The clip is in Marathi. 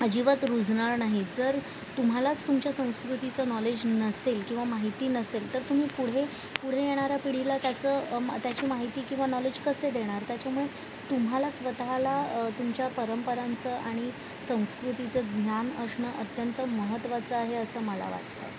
अजिबात रुजणार नाहीत जर तुम्हालाच तुमच्या संस्कृतीचं नॉलेज नसेल किंवा माहिती नसेल तर तुम्ही पुढे पुढे येणाऱ्या पिढीला त्याचं त्याची माहिती किंवा नॉलेज कसे देणार त्याच्यामुळे तुम्हाला स्वतःला तुमच्या परंपरांचं आणि संस्कृतीचं ज्ञान असणं अत्यंत महत्त्वाचं आहे असं मला वाटते